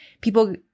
people